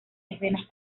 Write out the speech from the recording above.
escenas